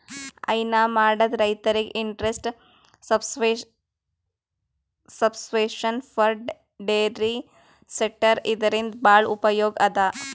ಹೈನಾ ಮಾಡದ್ ರೈತರಿಗ್ interest subvention for dairy sector ಇದರಿಂದ್ ಭಾಳ್ ಉಪಯೋಗ್ ಅದಾ